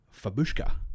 Fabushka